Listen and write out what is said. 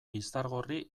izargorri